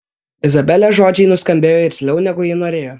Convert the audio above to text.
izabelės žodžiai nuskambėjo irzliau negu ji norėjo